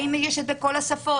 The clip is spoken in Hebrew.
האם זה יהיה בכל השפות?